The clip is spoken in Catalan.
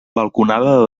balconada